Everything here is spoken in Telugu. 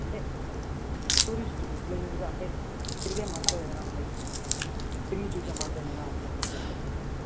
అంటే టూరిస్ట్ ప్లేసెస్గా అంటే తిరిగే మార్తో ఏదన్నా లైక్ తిరిగి చూసే మార్తో ఏమన్నా ప్లేసెస్ గురించి చెప్పండి